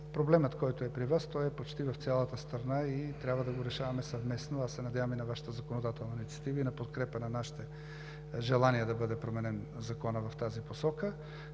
Проблемът, който е при Вас, той е почти в цялата страна и трябва да го решаваме съвместно. Надявам се и на Вашата законодателна инициатива, и на подкрепа на нашите желания да бъде променен Законът в тази посока.